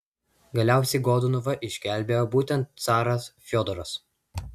galiausiai godunovą išgelbėjo būtent caras fiodoras